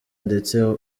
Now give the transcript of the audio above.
ndetse